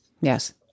Yes